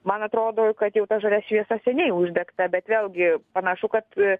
man atrodo kad jau ta žalia šviesa seniai uždegta bet vėlgi panašu kad